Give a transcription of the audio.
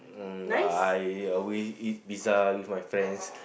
mm I always eat pizza with my friends